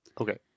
Okay